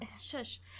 shush